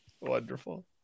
Wonderful